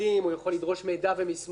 הוא יכול לדרוש מידע ומסמכים,